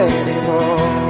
anymore